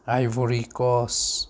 ivory coast